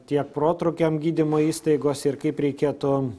tiek protrūkiam gydymo įstaigose ir kaip reikėtų